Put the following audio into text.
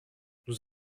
nous